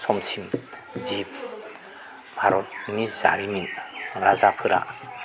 समसिम जि भारतनि जारिमिन राजाफोरा